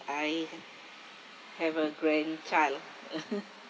I have have a grandchild